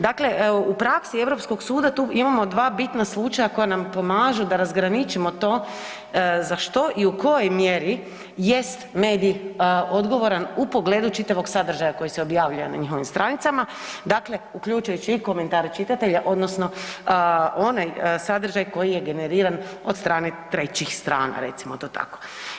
Dakle, u praksi Europskog suda tu imamo dva bitna slučaja koja nam pomažu da razgraničimo to za što i u kojoj mjeri jest medij odgovoran u pogledu čitavog sadržaja koji se objavljuje na njihovim stranicama dakle uključujući i komentare čitatelja odnosno onaj sadržaj koji je generiran od strane trećih strana recimo to tako.